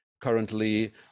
Currently